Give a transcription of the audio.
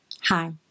Hi